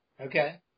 Okay